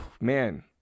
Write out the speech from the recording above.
man